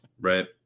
Right